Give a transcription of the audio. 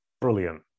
brilliant